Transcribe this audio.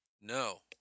No